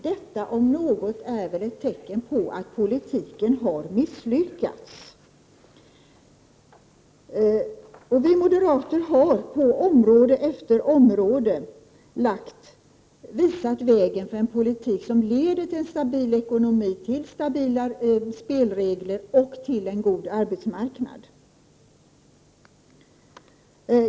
Detta om något är väl ett tecken på att politiken har misslyckats? Vi moderater har på område efter område visat vägen till en politik som leder till en stabil ekonomi, till stabila spelregler och till en god arbetsmarknad.